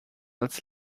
als